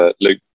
Luke